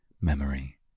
memory